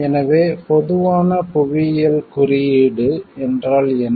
எனவே பொதுவான புவியியல் குறியீடு ஜியோகிராபிகள் இண்டிகேசன் என்றால் என்ன